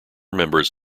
members